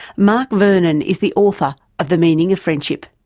mark vernon is the author of the meaning of friendship.